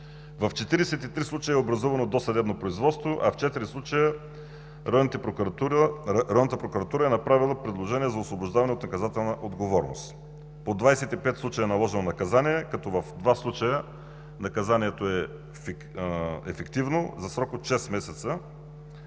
В 43 случая е образувано досъдебно производство, а в четири случая Районната прокуратура е направила предложение за освобождаване от наказателна отговорност. По 25 случая е наложено наказание, като в два случая наказанието е ефективно за срок от шест месеца,